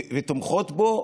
ותומכים בו,